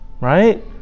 Right